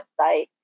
website